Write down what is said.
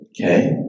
Okay